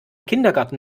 kindergarten